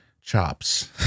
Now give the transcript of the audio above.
chops